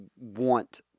want